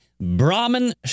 Brahman